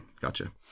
gotcha